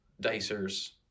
Dicers